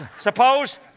suppose